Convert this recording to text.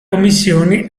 commissione